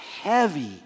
heavy